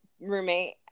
roommate